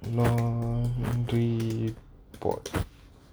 laundry board